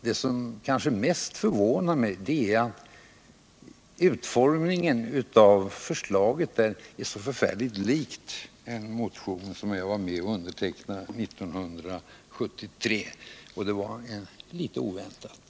Det som kanske mest förvånar mig är att förslagets utformning är så lik en motion som jag var med om att formulera 1973. Det var faktiskt litet oväntat.